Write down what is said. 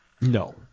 no